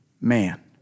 man